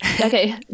Okay